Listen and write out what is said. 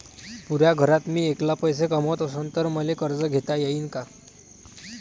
पुऱ्या घरात मी ऐकला पैसे कमवत असन तर मले कर्ज घेता येईन का?